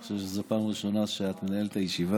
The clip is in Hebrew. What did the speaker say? אני חושב שזו פעם ראשונה שאת מנהלת את הישיבה,